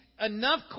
enough